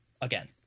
again